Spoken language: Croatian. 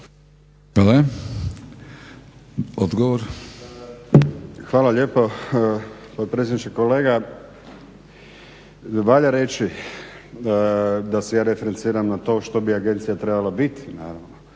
Đuro (HDZ)** Hvala lijepo potpredsjedniče. Kolega, valja reći da se ja referenciram na to što bi agencija trebala biti naravno.